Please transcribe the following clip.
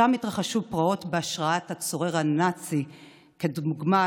שם התרחשו פרעות בהשראת הצורר הנאצי כדוגמת